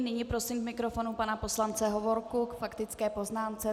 Nyní prosím k mikrofonu pana poslance Hovorku k faktické poznámce.